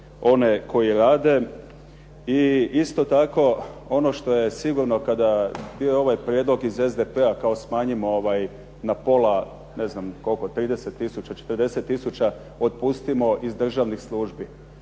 one koji rade i isto tako ono što je sigurno kada, bio je ovaj prijedlog iz SDP-a kao smanjimo na pola ne znam koliko, 30 tisuća, 40 tisuća otpustimo iz državnih službi.